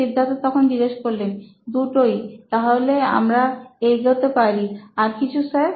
সিদ্ধার্থ দুটোই তাহলে আমরা এগোতে পারি আর কিছু স্যার